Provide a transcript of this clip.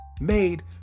made